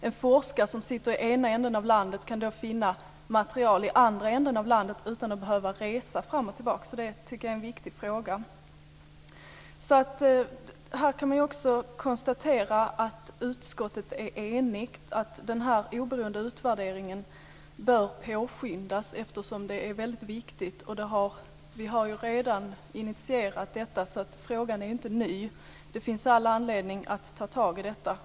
En forskare som sitter i ena änden av landet kan då finna material i andra änden av landet utan att behöva resa fram och tillbaka. Det tycker jag är en viktig fråga. Här kan man också konstatera att utskottet är enigt. Den oberoende utvärderingen bör påskyndas, eftersom det är väldigt viktigt. Vi har redan initierat detta, så frågan är inte ny. Det finns all anledning att ta tag i det.